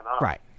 Right